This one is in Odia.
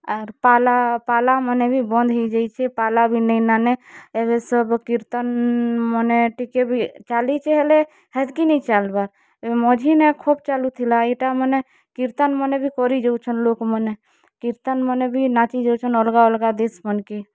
ଆର୍ ପାଲା ପାଲା ମାନେ ବି ବନ୍ଦ୍ ହେଇ ଯାଇଛେ ପାଲା ବି ନେଇଁ ନ ନେ ଏବେ ସବୁ କୀର୍ତ୍ତନ ମନେ ଟିକେ ବି ଚଳିଛେ ହେଲେ ହେତକି ନି ଚାଲ୍ ବାର୍ ମଝି ନେ ଖୁବ୍ ଚାଲୁ ଥିଲା ଇଟା ମନେ କୀର୍ତ୍ତନ ମନେ କରି ଯାଉଛନ୍ ଲୋକ୍ ମନେ କୀର୍ତ୍ତନ ମନେ ବି ନାଚି ଯାଉଛନ୍ ଅଲଗା ଅଲଗା ଦେଶ୍ ମାନକେ